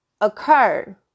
occur